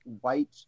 white –